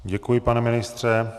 Děkuji, pane ministře.